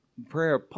prayer